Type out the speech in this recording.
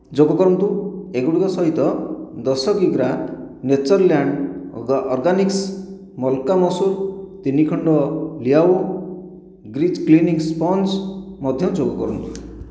ଯୋଗ କରନ୍ତୁ ଏଗୁଡ଼ିକ ସହିତ ଦଶ କିଗ୍ରା ନେଚରଲ୍ୟାଣ୍ଡ୍ ଅର୍ଗାନିକ୍ସ୍ ମଲ୍କା ମସୁର ତିନି ଖଣ୍ଡ ଲିଆଉ ଗ୍ରୀଜ୍ କ୍ଲିନିଂ ସ୍ପଞ୍ଜ୍ ମଧ୍ୟ ଯୋଗ କରନ୍ତୁ